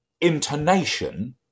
intonation